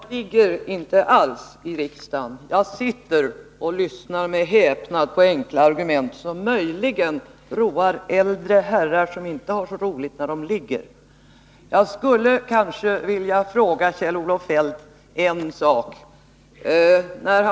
Herr talman! Jag ligger inte alls i riksdagen, jag sitter och lyssnar med häpnad på enkla argument, som möjligen roar äldre herrar som inte har så roligt när de ligger. Jag skulle vilja fråga Kjell-Olof Feldt en sak.